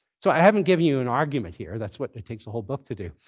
so i haven't given you an argument here. that's what it takes the whole book to do.